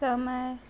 समय